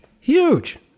huge